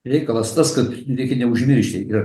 reikalas tas kad reikia neužmiršti ir